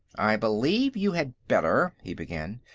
i believe you had better. he began.